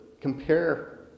compare